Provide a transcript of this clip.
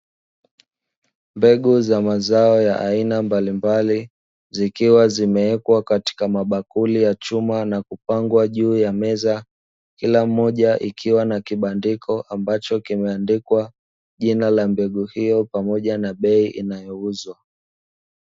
Mbegu za mazao ya aina mbalimbali zikiwa zimeekwa katika mabakuli ya chuma na kupangwa juu ya meza, kila moja ikiwa na kibandiko ambacho kimeandikwa jina la mbegu hiyo pamoja na bei inayouzwa.